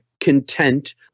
content